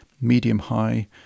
medium-high